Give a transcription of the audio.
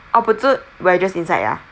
orh potato wedges inside ya